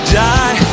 die